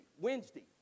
Wednesday